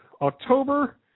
October